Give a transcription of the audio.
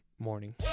morning